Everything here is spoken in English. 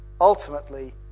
ultimately